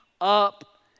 up